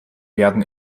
werden